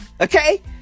Okay